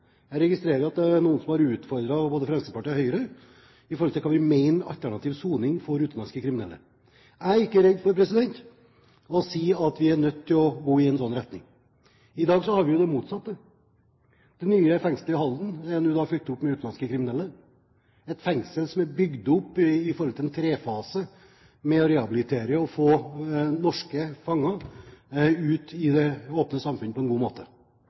Jeg registrerer at det er noen som har utfordret både Fremskrittspartiet og Høyre når det gjelder hva vi mener om alternativ soning for utenlandske kriminelle. Jeg er ikke redd for å si at vi er nødt til å gå i en sånn retning. I dag har vi jo det motsatte. Det nye fengselet i Halden er nå fylt opp av utenlandske kriminelle. Det er et fengsel som er bygd opp med tre faser, for å rehabilitere og få norske fanger ut i det åpne samfunnet på en god måte.